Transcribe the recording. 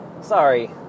Sorry